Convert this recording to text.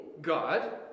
God